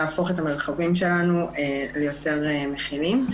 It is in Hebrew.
להפוך את המרחבים שלנו ליותר מכילים.